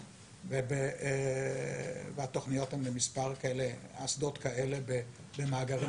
והתוכניות הן למספר אסדות כאלה במאגרים